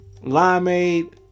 Limeade